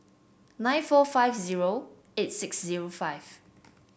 nine four five zero eight six zero five